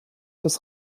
das